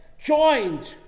joined